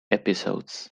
episodes